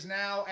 now